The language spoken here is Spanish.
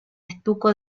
estuco